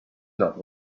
not